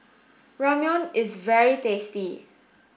Ramyeon is very tasty